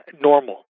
normal